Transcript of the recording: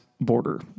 border